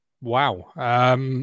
Wow